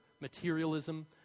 materialism